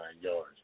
yards